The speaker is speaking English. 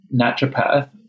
naturopath